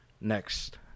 next